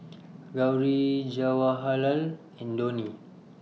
Gauri Jawaharlal and Dhoni